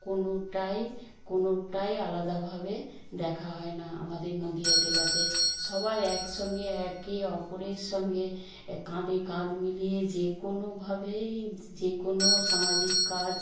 কোনোটাই কোনোটাই আলাদাভাবে দেখা হয় না আমাদের নদীয়া জেলাতে সবাই একসঙ্গে একে অপরের সঙ্গে এ কাঁধে কাঁধ মিলিয়ে যে কোনোভাবেই যে কোনো সামাজিক কাজ